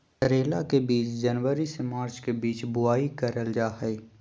करेला के बीज जनवरी से मार्च के बीच बुआई करल जा हय